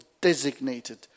designated